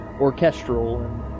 orchestral